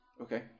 Okay